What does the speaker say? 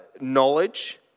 knowledge